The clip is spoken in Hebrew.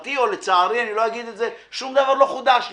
לשמחתי או לצערי אני לא אגיד את זה שום דבר לא חודש לי.